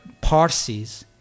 Parsis